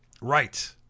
Right